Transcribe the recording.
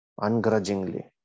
Ungrudgingly